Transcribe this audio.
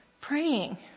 praying